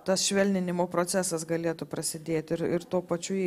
tas švelninimo procesas galėtų prasidėti ir ir tuo pačiu jei